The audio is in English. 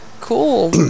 cool